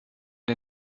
der